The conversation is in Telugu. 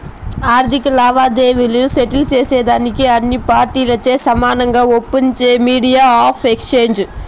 ఆర్థిక లావాదేవీలు సెటిల్ సేసేదానికి అన్ని పార్టీలచే సమానంగా ఒప్పించేదే మీడియం ఆఫ్ ఎక్స్చేంజ్